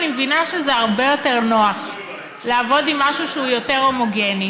אני מבינה שזה הרבה יותר נוח לעבוד עם משהו שהוא יותר הומוגני,